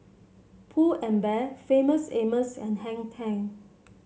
Pull and Bear Famous Amos and Hang Ten